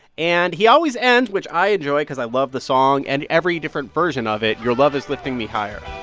and he always ends which i enjoy cause i love the song and every different version of it your love is lifting me higher